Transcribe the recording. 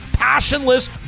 passionless